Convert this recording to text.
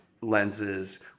lenses